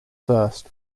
first